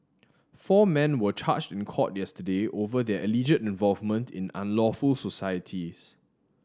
four men were charged in court yesterday over their alleged involvement in unlawful societies